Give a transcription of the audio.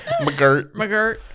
McGirt